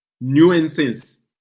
nuances